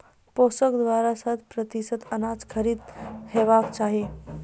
PACS द्वारा शत प्रतिसत अनाज खरीद हेवाक चाही?